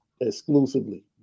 exclusively